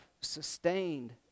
sustained